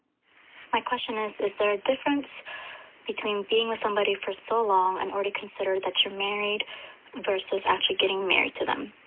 my question is, is there a difference between being with somebody for so long and already considered that you're married versus actually getting married to them?